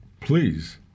Please